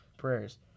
prayers